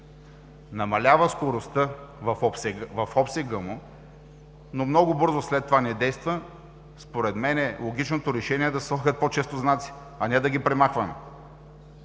намалява скоростта в обсега му, но много бързо след това не действа. Според мен логичното решение е да се слагат по-често знаци, а не да ги премахваме.